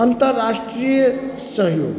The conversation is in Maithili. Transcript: अन्तराष्ट्रीय सहयोग